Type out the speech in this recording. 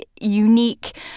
unique